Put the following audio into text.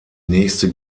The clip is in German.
nächste